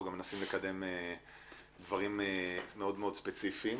אנחנו מנסים לקדם דברים מאוד ספציפיים